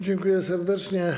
Dziękuję serdecznie.